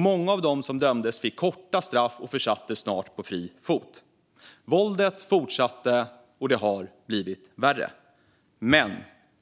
Många av dem som dömdes fick korta straff och försattes snart på fri fot. Våldet fortsatte, och det har blivit värre. Men